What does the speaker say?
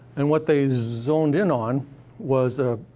and what they zoned in on was a